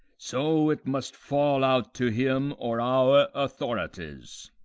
so it must fall out to him or our authorities.